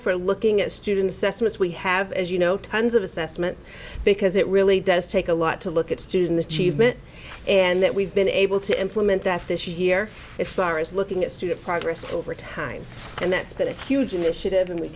for looking at students estimates we have as you know tons of assessment because it really does take a lot to look at student achievement and that we've been able to implement that this year expires looking at student progress over time and that that huge initiative and we